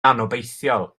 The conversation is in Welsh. anobeithiol